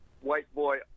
whiteboy